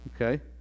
Okay